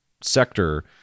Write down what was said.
sector